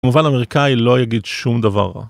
כמובן אמריקאי לא יגיד שום דבר רע.